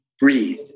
breathe